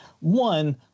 one